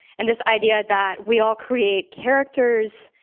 and this idea that we all create characters,